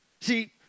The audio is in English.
See